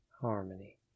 harmony